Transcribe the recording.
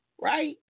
Right